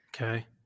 Okay